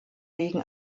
wegen